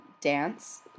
dance